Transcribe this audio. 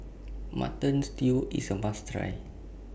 Mutton Stew IS A must Try